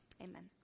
amen